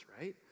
right